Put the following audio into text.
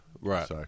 right